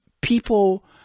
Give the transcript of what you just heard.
people